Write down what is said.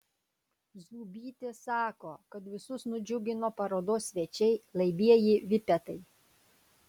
zūbytė sako kad visus nudžiugino parodos svečiai laibieji vipetai